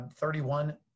31